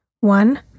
One